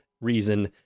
reason